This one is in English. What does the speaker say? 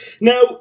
Now